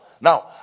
Now